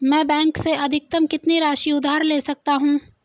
मैं बैंक से अधिकतम कितनी राशि उधार ले सकता हूँ?